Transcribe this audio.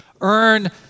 earn